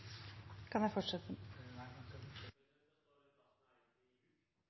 kan jeg